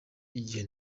igihe